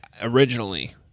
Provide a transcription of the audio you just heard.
originally